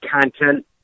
content